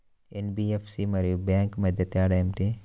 NBFC మరియు bank మధ్య తేడా ఏమిటీ?